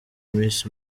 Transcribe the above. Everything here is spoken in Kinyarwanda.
miss